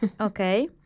Okay